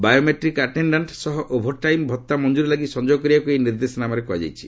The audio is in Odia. ବାୟୋମାଟ୍ରିକ୍ ଆଟେଣ୍ଡାଣ୍ଟ୍ ସହ ଓଭରଟାଇମ୍ ଭତ୍ତା ମଞ୍ଜୁରୀ ଲାଗି ସଂଯୋଗ କରିବାକୃ ଏହି ନିର୍ଦ୍ଦେଶନାମାରେ କୁହାଯାଇଛି